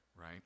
Right